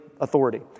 authority